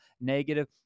negative